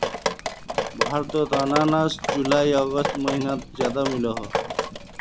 भारतोत अनानास जुलाई अगस्त महिनात ज्यादा मिलोह